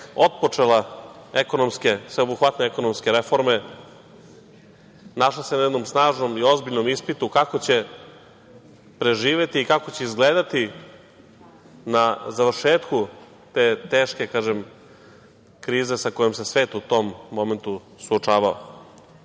otpočela sveobuhvatne ekonomske reforme, našla se na jednom snažnom i ozbiljnom ispitu kako će preživeti i kako će izgledati na završetku te teške, kažem, krize sa kojom se svet u tom momentu suočavao. Migrante